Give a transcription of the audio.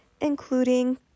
including